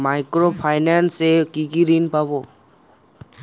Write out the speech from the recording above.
Micro finance এ কি কি ঋণ পাবো?